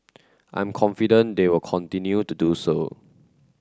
I'm confident they will continue to do so